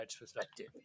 perspective